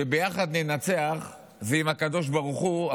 שביחד ננצח זה עם הקדוש ברוך הוא,